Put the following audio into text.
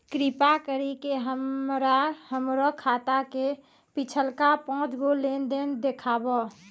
कृपा करि के हमरा हमरो खाता के पिछलका पांच गो लेन देन देखाबो